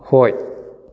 ꯍꯣꯏ